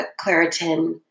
Claritin